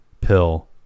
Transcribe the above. pill